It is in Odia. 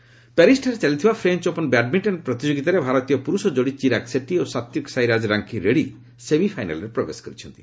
ବ୍ୟାଡ୍ମିଣ୍ଟନ୍ ପ୍ୟାରିଶ୍ଠାରେ ଚାଲିଥିବା ଫ୍ରେଞ୍ଚ ଓପନ୍ ବ୍ୟାଡ୍ମିଙ୍କନ୍ ପ୍ରତିଯୋଗିତାରେ ଭାରତୀୟ ପୁରୁଷ ଯୋଡ଼ି ଚିରାଗ୍ ସେଟୀ ଓ ସାତ୍ୱିକ୍ ସାଇରାଜ୍ ରାଙ୍କି ରେଡ଼ୁୀ ସେମିଫାଇନାଲ୍ରେ ପ୍ରବେଶ କରିଛନ୍ତି